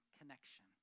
connection